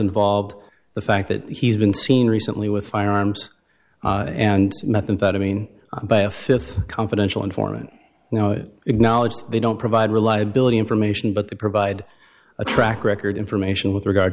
involved the fact that he's been seen recently with firearms and methamphetamine by a fifth confidential informant you know acknowledged they don't provide reliability information but they provide a track record information with regard